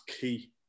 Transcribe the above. key